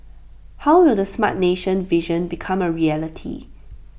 how will the Smart Nation vision become A reality